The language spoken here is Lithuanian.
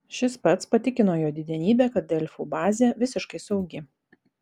šis pats patikino jo didenybę kad delfų bazė visiškai saugi